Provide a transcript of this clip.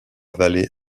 vallée